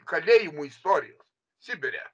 kalėjimų istorijos sibire